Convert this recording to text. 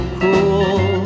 cruel